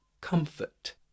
Comfort